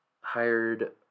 hired